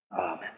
Amen